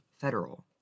federal